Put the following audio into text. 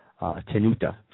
Tenuta